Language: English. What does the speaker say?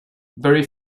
very